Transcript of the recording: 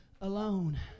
alone